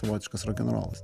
savotiškas rokenrolas